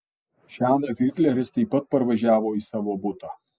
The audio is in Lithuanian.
šiąnakt hitleris taip pat parvažiavo į savo butą